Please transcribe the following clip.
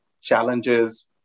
challenges